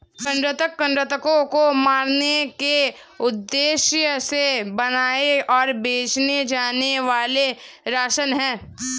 कृंतक कृन्तकों को मारने के उद्देश्य से बनाए और बेचे जाने वाले रसायन हैं